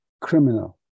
criminal